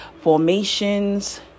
formations